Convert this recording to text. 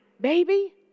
baby